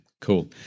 cool